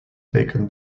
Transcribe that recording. taken